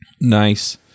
Nice